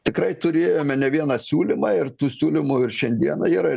tikrai turėjome ne vieną siūlymą ir tų siūlymų ir šiandieną yra